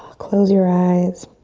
close your eyes.